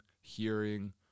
hearing